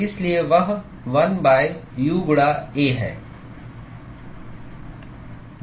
और इसलिए वह 1 U गुणा A है